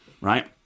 Right